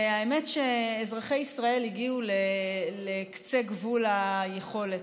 אזרחי ישראל הגיעו לקצה גבול היכולת,